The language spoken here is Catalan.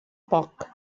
poc